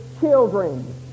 children